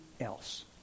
else